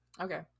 okay